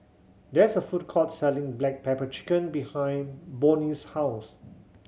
there's a food court selling black pepper chicken behind Boone's house